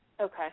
Okay